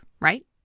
right